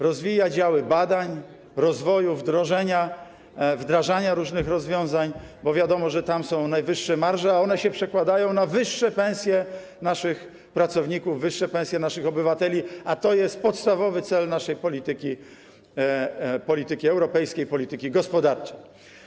Rozwija działy badań, rozwoju, wdrażania różnych rozwiązań, bo wiadomo, że tam są najwyższe marże, a one się przekładają na wyższe pensje naszych pracowników, wyższe pensje naszych obywateli, a to jest podstawowy cel naszej polityki europejskiej, polityki gospodarczej.